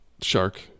shark